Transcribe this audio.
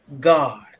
God